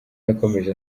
yakomeje